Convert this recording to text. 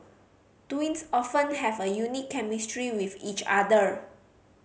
twins often have a unique chemistry with each other